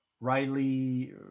Riley